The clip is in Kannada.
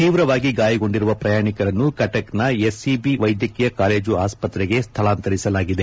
ತೀವ್ರವಾಗಿ ಗಾಯಗೊಂಡಿರುವ ಪ್ರಯಾಣಿಕರನ್ನು ಕಟಕ್ನ ಎಸ್ಸಿಬಿ ವೈದ್ಯಕೀಯ ಕಾಲೇಜು ಆಸ್ವತ್ರೆಗೆ ಸ್ಥಳಾಂತರಿಸಲಾಗಿದೆ